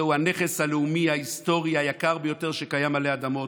וזהו הנכס הלאומי ההיסטורי היקר ביותר שקיים עלי אדמות.